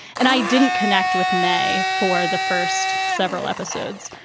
and i didn't connect with may for the first several episodes.